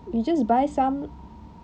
you just buy some